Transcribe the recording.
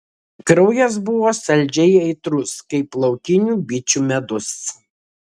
kraujas buvo saldžiai aitrus kaip laukinių bičių medus